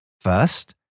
First